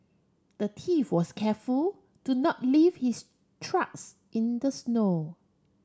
the thief was careful to not leave his tracks in the snow